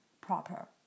Proper